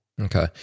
Okay